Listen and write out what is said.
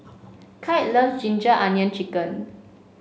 Clide loves ginger onion chicken